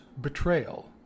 betrayal